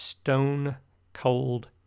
stone-cold